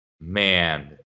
Man